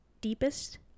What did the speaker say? deepest